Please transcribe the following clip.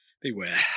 beware